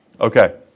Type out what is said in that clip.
Okay